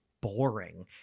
boring